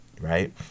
right